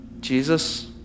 Jesus